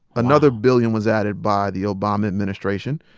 another billion was added by the obama administration.